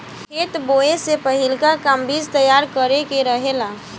खेत बोए से पहिलका काम बीज तैयार करे के रहेला